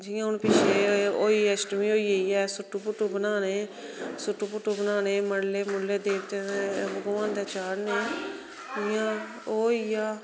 जियां हुन पिच्छे होए होई अष्टमी होई गेई ऐ सुट्टु भुट्टू बनाने सुट्टु भुट्टू बनाने मलने मुलने देवतें दे भगवान दे चाढ़ने इयां गै ओह् होई गेआ